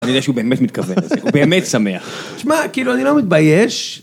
אני יודע שהוא באמת מתכוון לזה, הוא באמת שמח. -תשמע, כאילו, אני לא מתבייש...